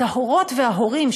את ההורות וההורים,